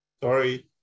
Sorry